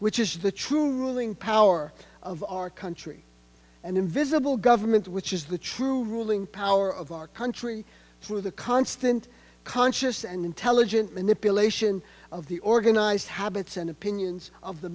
which is the true ruling power of our country and invisible government which is the true ruling power of our country through the constant conscious and intelligent manipulation of the organized habits and opinions of the